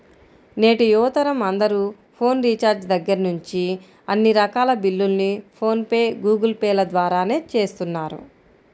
నేటి యువతరం అందరూ ఫోన్ రీఛార్జి దగ్గర్నుంచి అన్ని రకాల బిల్లుల్ని ఫోన్ పే, గూగుల్ పే ల ద్వారానే చేస్తున్నారు